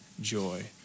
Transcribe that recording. joy